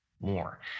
more